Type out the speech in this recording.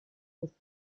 with